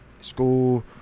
school